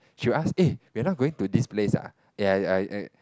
she will ask eh we're not going to this place ah eh I I I